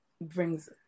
brings